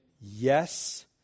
yes